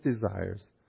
desires